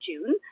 June